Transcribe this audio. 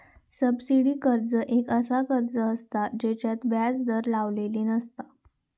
subsidy कर्ज एक असा कर्ज असता जेच्यात व्याज दर लावलेली नसता